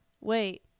Wait